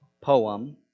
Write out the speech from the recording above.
poem